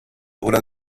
oder